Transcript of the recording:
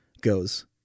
goes